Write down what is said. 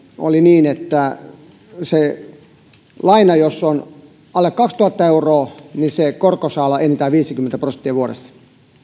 oli niin että jos laina on alle kaksituhatta euroa niin korko saa olla enintään viisikymmentä prosenttia vuodessa